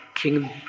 King